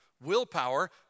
Willpower